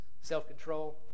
self-control